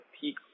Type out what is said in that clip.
peak